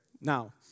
Now